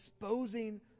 exposing